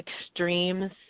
extremes